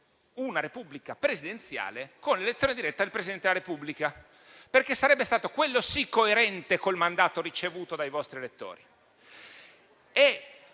una Repubblica presidenziale con l'elezione diretta del Presidente della Repubblica, perché, quello sì, sarebbe stato coerente con il mandato ricevuto dai loro elettori.